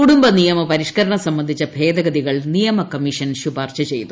കുടുംബ നിയമ പരിഷ്ക്കരണം സംബന്ധിച്ച ഭേദഗതികൾ ന് നിയമ കമ്മിഷൻ ശുപാർശ ചെയ്തു